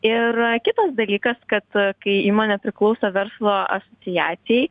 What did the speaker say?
ir kitas dalykas kad kai įmonė priklauso verslo asociacijai